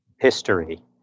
history